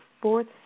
fourth